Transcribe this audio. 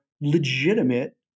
legitimate